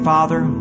Father